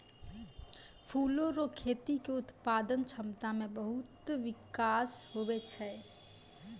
फूलो रो खेती के उत्पादन क्षमता मे बहुत बिकास हुवै छै